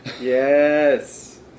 Yes